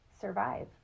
survive